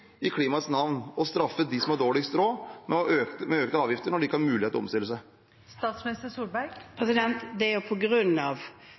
i klimaets navn å straffe dem som har dårligst råd med økte avgifter når de ikke har mulighet til å omstille seg? Det er nettopp på grunn av